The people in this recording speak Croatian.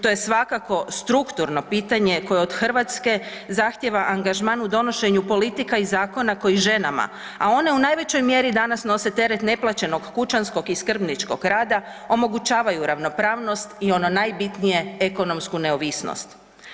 To je svakako strukturno pitanje koje od Hrvatske zahtjeva angažman u donošenju politika i zakona koji ženama, a one u najvećoj mjeri danas nose teret neplaćenog kućanskog i skrbničkog rada, omogućavaju ravnopravnost i ono najbitnije ekonomsku neovisnost.